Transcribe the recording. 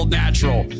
natural